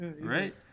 Right